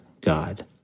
God